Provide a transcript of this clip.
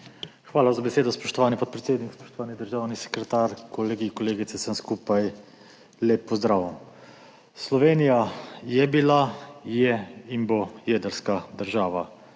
Hvala za besedo, spoštovani podpredsednik. Spoštovani državni sekretar, kolegi, kolegice, vsem skupaj lep pozdrav! Slovenija je bila, je in bo jedrska država.